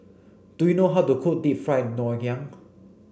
do you know how to cook Deep Fried Ngoh Hiang